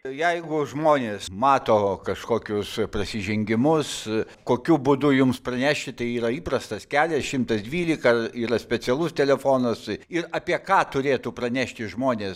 jeigu žmonės mato kažkokius prasižengimus kokiu būdu jums pranešti tai yra įprastas kelias šimtas dvylika yra specialus telefonas ir apie ką turėtų pranešti žmonės